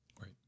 right